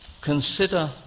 Consider